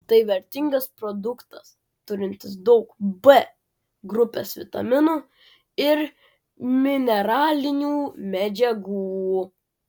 tai vertingas produktas turintis daug b grupės vitaminų ir mineralinių medžiagų